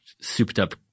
souped-up